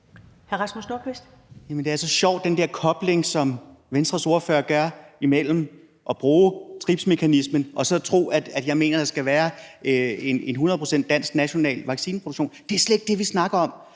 Det er sjovt med den der kobling, som Venstres ordfører bruger, mellem at bruge TRIPS-mekanismen og så tro, at jeg mener, at der skal være en hundrede procent dansk, national vaccineproduktion. Det er slet ikke det, vi snakker om.